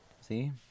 See